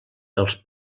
dels